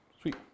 Sweet